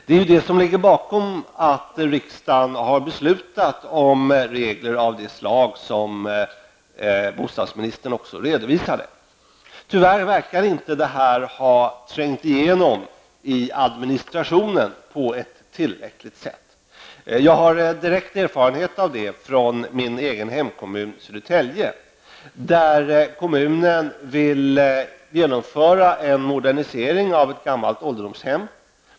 Det är ju detta som ligger bakom riksdagens beslut om regler av det slag som bostadsministern också redovisade. Tyvärr verkar inte detta ha trängt igenom i administrationen på ett tillräckligt sätt. Jag har direkta erfarenheter av detta från min hemkommun, Södertälje. Kommunen vill där genomföra en modernisering av ett gammalt ålderdomshem.